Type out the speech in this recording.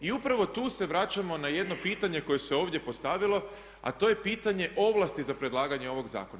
I upravo tu se vraćamo na jedno pitanje koje se ovdje postavilo, a to je pitanje ovlasti za predlaganje ovog zakona.